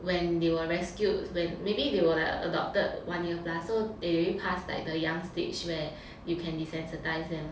when they were rescued when maybe they were like adopted one year plus so they already pass like the young stage where you can desensitize them